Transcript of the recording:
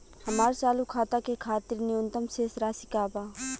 हमार चालू खाता के खातिर न्यूनतम शेष राशि का बा?